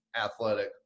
athletic